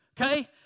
okay